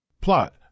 Plot